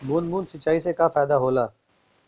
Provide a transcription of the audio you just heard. बूंद बूंद सिंचाई से का फायदा होला?